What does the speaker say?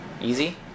Easy